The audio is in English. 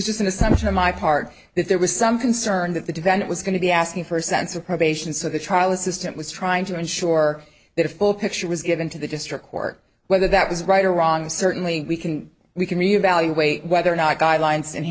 is just an assumption on my part that there was some concern that the divan it was going to be asking for a sense of probation so the trial assistant was trying to ensure that a full picture was given to the district court whether that was right or wrong certainly we can we can reevaluate whether or not guidelines and